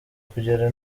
kugera